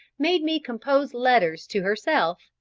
made me compose letters to herself,